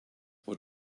what